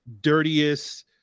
dirtiest